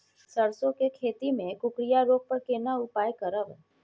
सरसो के खेती मे कुकुरिया रोग पर केना उपाय करब?